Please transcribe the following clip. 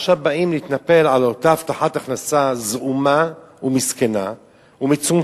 עכשיו באים להתנפל על אותה הבטחת הכנסה זעומה ומסכנה ומצומצמת